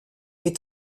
est